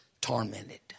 tormented